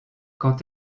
quand